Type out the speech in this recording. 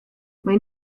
mae